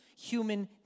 human